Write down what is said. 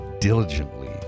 diligently